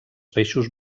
peixos